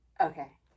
Okay